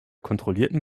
kontrollierten